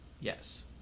Yes